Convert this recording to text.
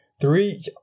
three